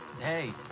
Hey